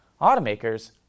Automakers